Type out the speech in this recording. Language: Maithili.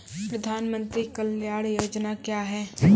प्रधानमंत्री कल्याण योजना क्या हैं?